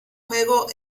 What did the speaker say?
juego